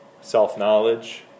self-knowledge